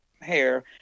hair